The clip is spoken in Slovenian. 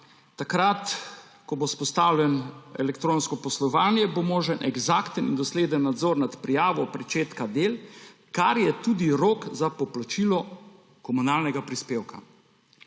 Takrat ko bo vzpostavljeno elektronsko poslovanje, bo možen eksakten in dosleden nadzor nad prijavo pričetka del, kar je tudi rok za poplačilo komunalnega prispevka.